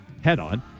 head-on